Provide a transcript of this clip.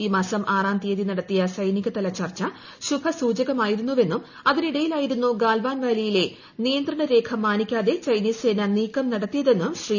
ഈ മാസം ആറാം തീയതി നടത്തിയ സൈനികതല ചർച്ച ശുഭസൂചകമായിരുന്നുവെന്നും അതിനിട യിലായിരുന്നു ഗാൽവാൻ വാലി യിലെ നിയന്ത്രണ രേഖ മാനിക്കാതെ ചൈനീസ് സേന നീക്കം നടത്തിയെന്നും ശ്രീ